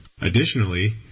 Additionally